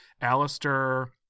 Alistair